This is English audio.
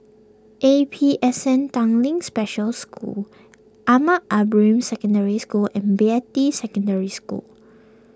A P S N Tanglin Special School Ahmad Ibrahim Secondary School and Beatty Secondary School